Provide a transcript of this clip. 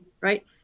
right